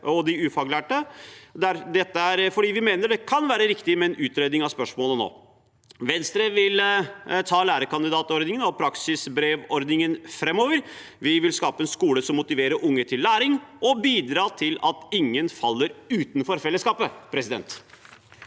og de ufaglærte, fordi vi mener det kan være riktig med en utredning av spørsmålet nå. Venstre vil ta lærekandidatordningen og praksisbrevordningen framover. Vi vil skape en skole som motiverer unge til læring, og bidra til at ingen faller utenfor fellesskapet. Margret